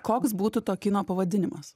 koks būtų to kino pavadinimas